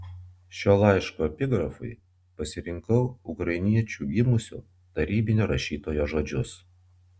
šio laiško epigrafui pasirinkau ukrainiečiu gimusio tarybinio rašytojo žodžius